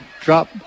drop